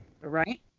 Right